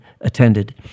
attended